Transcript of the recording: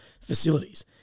facilities